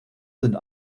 sind